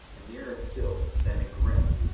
and nearer still, standing grim,